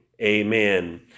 amen